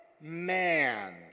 man